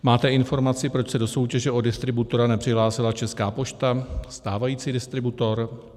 Máte informaci, proč se do soutěže o distributora nepřihlásila Česká pošta, stávající distributor?